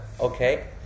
okay